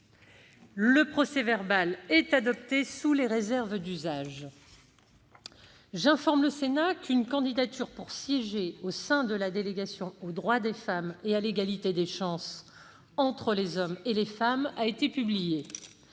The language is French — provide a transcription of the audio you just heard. Le procès-verbal est adopté sous les réserves d'usage. J'informe le Sénat qu'une candidature pour siéger au sein de la délégation aux droits des femmes et à l'égalité des chances entre les hommes et les femmes a été publiée.